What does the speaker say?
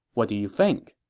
what do you think?